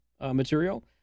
material